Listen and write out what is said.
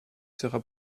sera